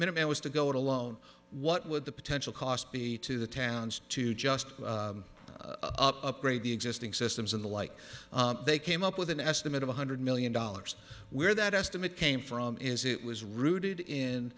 minimum was to go it alone what would the potential cost be to the towns to just upgrade the existing systems and the like they came up with an estimate of one hundred million dollars where that estimate came from is it was rooted in